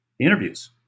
interviews